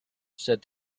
said